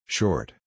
Short